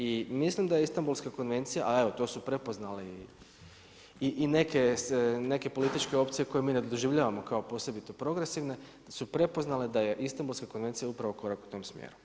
I mislim da je Istambulska konvencija, a evo to su prepoznali i neke političke opcije koje mi ne doživljavamo kao posebito progresivne, su prepoznale da je Istambulska konvencija uparvo korak u tom smjeru.